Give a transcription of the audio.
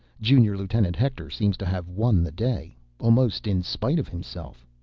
junior lieutenant hector seems to have won the day. almost in spite of himself.